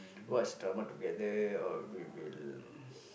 watch drama together or we will